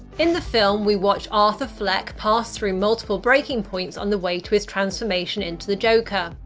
in the film, we watch arthur fleck pass through multiple breaking points on the way to his transformation into the joker.